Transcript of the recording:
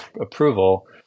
approval